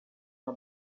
uma